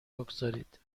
بگذارید